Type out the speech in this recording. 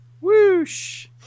Whoosh